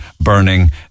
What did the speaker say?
burning